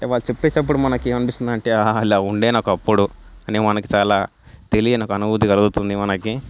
వాళ్ళు చెప్పేటప్పుడు మనకి అనిపిస్తుంది అంటే ఆహా ఇలా ఉండేనా ఒకప్పుడు అని మనకి చాలా తెలియని ఒక అనుభూతి కలుగుతుంది మనకి